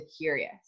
curious